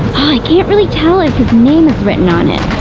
can't really tell if his name is written on it.